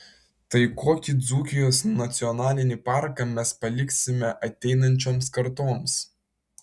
tai kokį dzūkijos nacionalinį parką mes paliksime ateinančioms kartoms